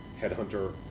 headhunter